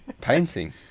painting